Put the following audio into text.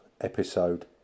episode